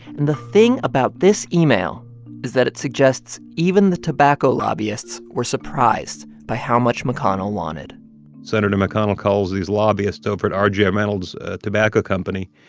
and the thing about this email is that it suggests even the tobacco lobbyists were surprised by how much mcconnell wanted senator mcconnell calls these lobbyists over to r j. reynolds tobacco company,